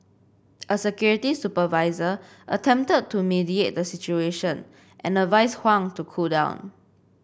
a security supervisor attempted to mediate the situation and advised Huang to cool down